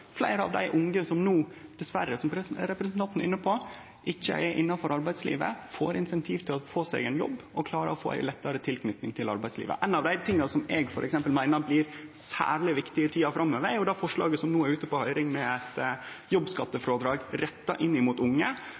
fleire av dei unge som no – som representanten Sandtrøen er inne på – dessverre ikkje er innanfor arbeidslivet, får insentiv til å få seg ein jobb og klarer å få ei lettare tilknyting til arbeidslivet. Noko av det eg meiner blir særleg viktig i tida framover, er forslaget om eit jobbskattefrådrag som er retta mot unge, som no er ute på høyring. Det betyr at i staden for at unge